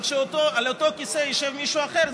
אבל כשעל אותו כיסא ישב מישהו אחר,